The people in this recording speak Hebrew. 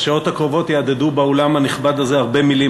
בשעות הקרובות יהדהדו באולם הנכבד הזה הרבה מילים